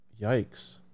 yikes